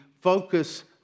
focus